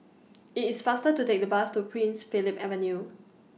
IT IS faster to Take The Bus to Prince Philip Avenue